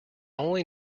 only